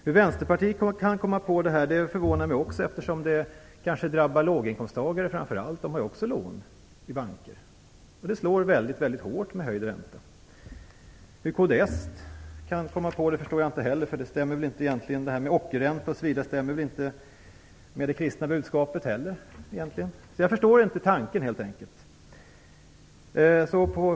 Hur Vänsterpartiet kan komma på en sådan idé förvånar mig också eftersom den kanske framför allt drabbar låginkomsttagare. De har ju också lån i banker. Höjd ränta slår väldigt hårt. Hur kds kan komma på en sådan idé förstår jag inte heller. Ockerräntor stämmer väl inte med det kristna budskapet? Jag förstår inte tanken helt enkelt.